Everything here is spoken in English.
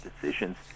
decisions